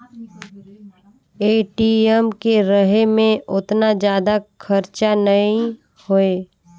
ATM के रहें मे ओतना जादा खरचा नइ होए